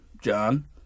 John